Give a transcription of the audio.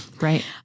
Right